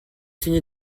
fini